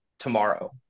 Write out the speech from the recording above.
tomorrow